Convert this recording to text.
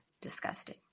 disgusting